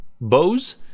bows